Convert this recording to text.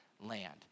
land